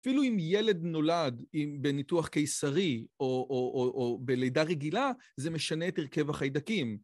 אפילו אם ילד נולד בניתוח קיסרי או בלידה רגילה זה משנה את הרכב החיידקים.